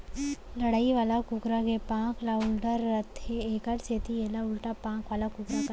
लड़ई वाला कुकरा के पांख ह उल्टा रथे एकर सेती एला उल्टा पांख वाला कुकरा कथें